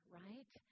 right